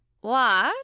What